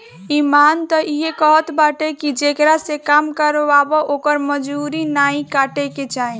इमान तअ इहे कहत बाटे की जेकरा से काम करावअ ओकर मजूरी नाइ काटे के चाही